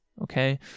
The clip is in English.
okay